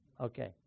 Okay